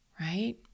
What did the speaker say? right